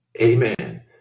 Amen